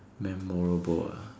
memorable ah